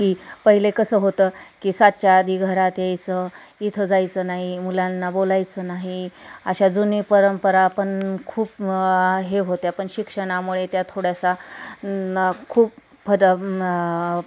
की पहिले कसं होतं की सातच्या आधी घरात यायचं इथं जायचं नाही मुलांना बोलायचं नाही अशा जुनी परंपरा पण खूप हे होते पण शिक्षणामुळे त्या थोडासा खूप फद